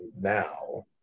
now